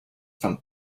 from